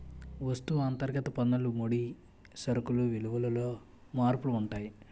వస్తువు అంతర్గత పన్నులు ముడి సరుకులు విలువలలో మార్పులు ఉంటాయి